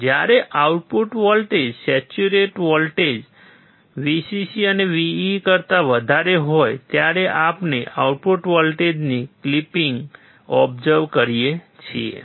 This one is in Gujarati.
જ્યારે output voltage saturation voltage Vcc અને Vee કરતા વધારે હોય ત્યારે આપણે આઉટપુટ વોલ્ટેજની ક્લિપિંગ ઓબઝર્વ કરીએ છીએ